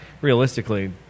realistically